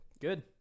Good